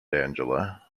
angela